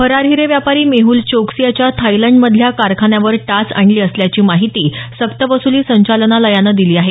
फरार हिरे व्यापारी मेहूल चौकसी याच्या थायलंड मधल्या कारखान्यावर टाच आणली असल्याची माहिती सक्तीवसुली संचालनालयानं दिली आहे